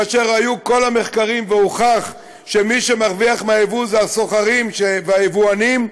כאשר בכל המחקרים הוכח שמי שמרוויח מהיבוא זה הסוחרים והיבואנים,